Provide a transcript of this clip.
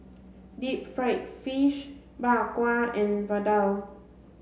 deep fried fish Bak Kwa and Vadai